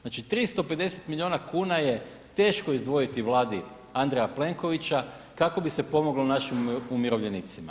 Znači 350 milijuna kuna je teško izdvojiti Vladi Andreja Plenkovića kako bi se pomoglo našim umirovljenicima.